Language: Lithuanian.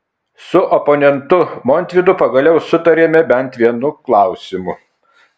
su oponentu montvydu pagaliau sutarėme bent vienu klausimu